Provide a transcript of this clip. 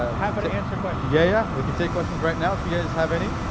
happy to answer questions yeah we could take questions right now if you guys have any.